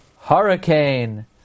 hurricane